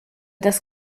das